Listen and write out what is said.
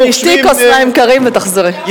תשתי כוס מים קרים ותחזרי.